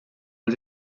als